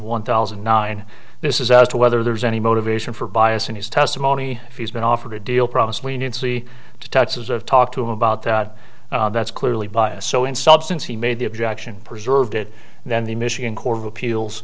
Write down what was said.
one thousand nine this is as to whether there's any motivation for bias in his testimony if he's been offered a deal promised leniency to touch as i've talked to him about that that's clearly biased so in substance he made the objection preserved it and then the michigan court of appeals